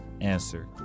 answer